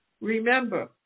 Remember